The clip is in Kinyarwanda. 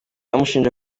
amushinja